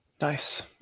Nice